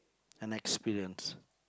an experience